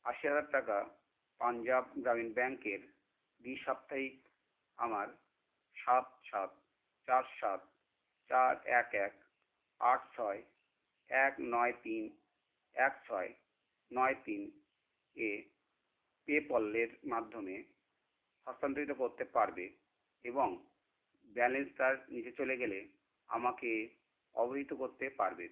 আশি হাজার টাকা পাঞ্জাব গ্রামীণ ব্যাঙ্কের দ্বি সাপ্তাহিক আমার সাত সাত চার সাত চার এক এক আট ছয় এক নয় তিন এক ছয় নয় তিন এ পেপ্যালের মাধ্যমে হস্তান্তরিত করতে পারবে এবং ব্যালেন্স তার নিচে চলে গেলে আমাকে অবহিত করতে পারবে